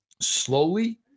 slowly